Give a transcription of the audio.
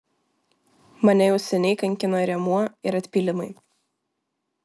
mane jau seniai kankina rėmuo ir atpylimai